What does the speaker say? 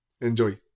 Enjoy